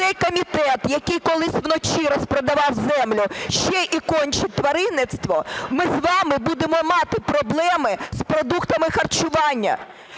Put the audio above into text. цей комітет, який колись вночі розпродавав землю, ще і кончіть тваринництво, ми з вами будемо мати проблеми з продуктами харчування!